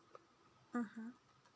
mmhmm